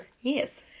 Yes